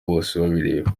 bosebabireba